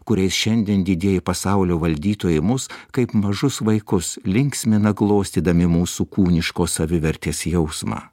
kuriais šiandien didieji pasaulio valdytojai mus kaip mažus vaikus linksmina glostydami mūsų kūniškos savivertės jausmą